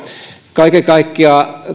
kaiken kaikkiaan